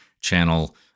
channel